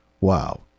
Wow